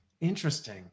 Interesting